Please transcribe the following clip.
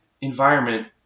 environment